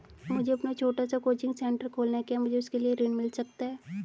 मुझे अपना छोटा सा कोचिंग सेंटर खोलना है क्या मुझे उसके लिए ऋण मिल सकता है?